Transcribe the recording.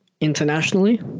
internationally